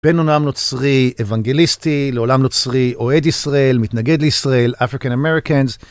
בין עולם נוצרי, אבנגליסטי, לעולם נוצרי, אוהד ישראל, מתנגד לישראל, אפריקאים-אמריקאים.